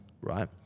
right